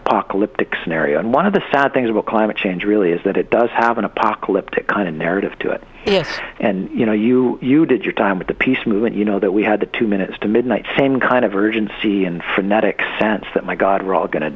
apocalyptic scenario and one of the sad things about climate change really is that it does have an apocalyptic kind of narrative to it and you know you you did your time with the peace movement you know that we had the two minutes to midnight same kind of urgency and frenetic sense that my god we're all go